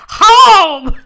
home